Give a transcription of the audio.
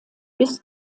bis